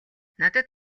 надад